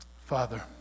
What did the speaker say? Father